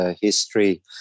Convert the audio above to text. history